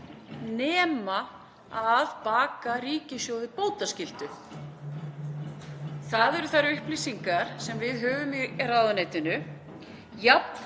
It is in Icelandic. nema að baka ríkissjóði bótaskyldu. Það eru þær upplýsingar sem við höfum í ráðuneytinu.